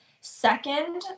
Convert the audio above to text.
second